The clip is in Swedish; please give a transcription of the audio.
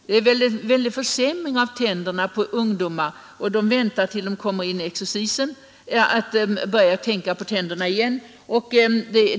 Det är en kraftig försämring som sker av tänderna hos ungdomar — de väntar tills de kommer in i exercisen med att tänka på tänderna igen.